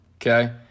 okay